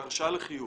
זה הרשאה לחיוב.